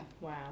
Wow